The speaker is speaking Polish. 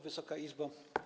Wysoka Izbo!